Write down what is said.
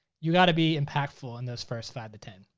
you gotta be impactful in those first five to ten,